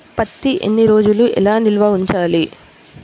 పత్తి ఎన్ని రోజులు ఎలా నిల్వ ఉంచాలి?